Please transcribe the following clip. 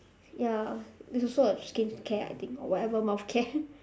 ya it's also a skincare I think or whatever mouth care